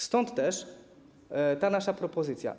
Stąd też ta nasza propozycja.